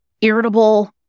irritable